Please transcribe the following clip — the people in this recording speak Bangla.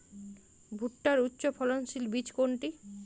ভূট্টার উচ্চফলনশীল বীজ কোনটি?